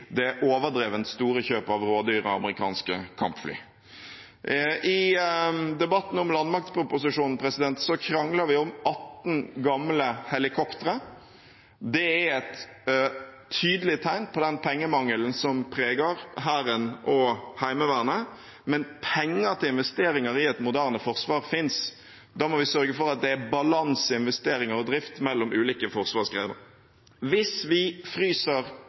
det overdrevent store kjøpet av rådyre amerikanske kampfly. I debatten om landmaktproposisjonen kranglet vi om 18 gamle helikoptre. Det er et tydelig tegn på den pengemangelen som preger Hæren og Heimevernet. Men penger til investeringer i et moderne forsvar finnes. Da må vi sørge for at det er balanse i investeringer og drift mellom ulike forsvarsgrener. Hvis vi fryser